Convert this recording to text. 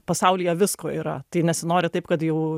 pasaulyje visko yra tai nesinori taip kad jau